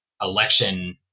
election